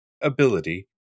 ability